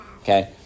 Okay